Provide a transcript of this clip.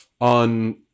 on